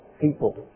people